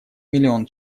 миллион